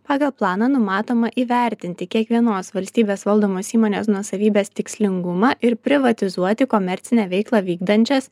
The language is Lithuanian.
pagal planą numatoma įvertinti kiekvienos valstybės valdomos įmonės nuosavybės tikslingumą ir privatizuoti komercinę veiklą vykdančias